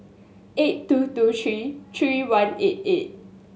eight two two three three one eight eight